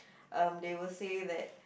um they will say that